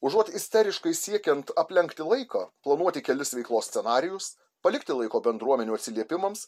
užuot isteriškai siekiant aplenkti laiką planuoti kelis veiklos scenarijus palikti laiko bendruomenių atsiliepimams